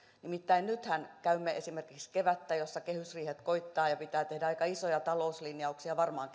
nimittäin nythän käymme kevättä jossa esimerkiksi kehysriihet koittavat ja pitää tehdä aika isoja talouslinjauksia varmaan